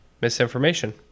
Misinformation